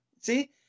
see